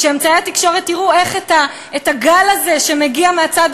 שאמצעי התקשורת יראו את הגל הזה שמגיע מהצד